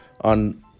on